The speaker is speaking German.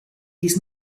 dies